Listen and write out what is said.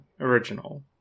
original